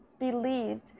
believed